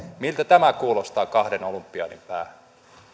miltä tämä kuulostaa kahden olympiadin päähän